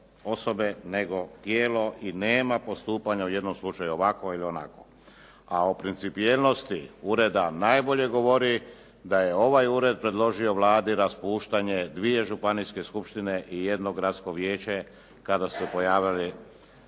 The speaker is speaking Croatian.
nego tijelo i nema postupanja u jednom slučaju ovako ili onako. A o principijelnosti ureda najbolje govori da je ovaj ured predložio Vladi raspuštanje dvije županijske skupštine i jedno gradsko vijeće kada smo